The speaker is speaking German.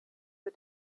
der